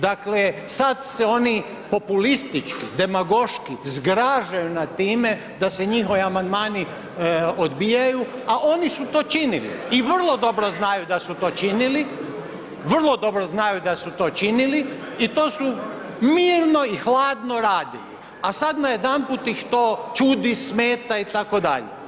Dakle sad se oni populistički, demagoški zgražaju nad time da se njihovi amandmani odbijaju a oni su to činili i vrlo dobro znaju da su to činili, vrlo dobro znaju da su to činili i to su mirno i hladno radili a sad najedanput ih to čudi, smeta itd.